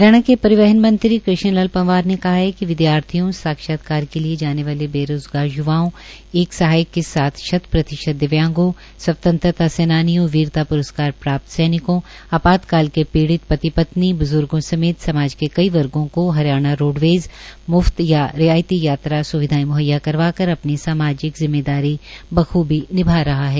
हरियाणा के परिवहन मंत्री कृष्ण लाल पंवार ने कहा है कि विद्यार्थियों साक्षात्कार के लिए जाने वाले बेरोज़गार य्वाओं एक सहायक के साथ शत प्रतिशत दिव्यांगों स्वतंत्रता सेनानियों वीरता प्रस्कार प्राप्त सैनिको आपात्तकाल के पीड़ित पति पत्नी ब्जुर्गो समेंत समाज के कई वर्गो को हरियाणा रोडवेज म्फ्त या रियायती यात्रा स्विधाएं म्हैया करवाकर अपनी सामाजिक जिम्मेदारी भी बख्बी निभा रही है